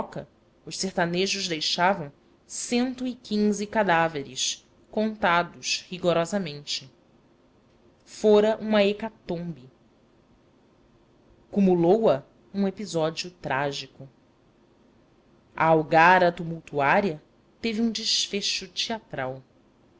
os sertanejos deixavam cento e quinze cadáveres contados rigorosamente episódio trágico fora uma hecatombe cumulou a um episódio trágico a algara tumultuária teve um desfecho teatral